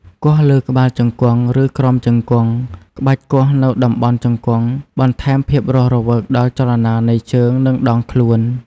គោះលើក្បាលជង្គង់ ឬក្រោមជង្គង់ ក្បាច់គោះនៅតំបន់ជង្គង់ បន្ថែមភាពរស់រវើកដល់ចលនានៃជើង និងដងខ្លួន។